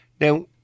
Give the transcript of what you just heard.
Now